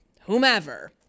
whomever